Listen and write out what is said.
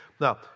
Now